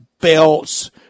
belts